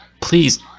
please